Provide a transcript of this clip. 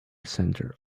center